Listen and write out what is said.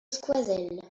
skoazell